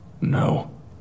No